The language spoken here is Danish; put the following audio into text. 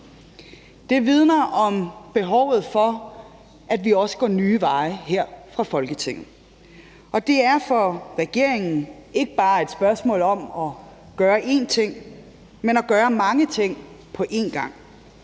Det vidner om behovet for, at vi går nye veje her fra Folketingets side, og det er for regeringen ikke bare et spørgsmål om at gøre én ting, men at gøre mange ting på en gang.